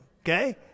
okay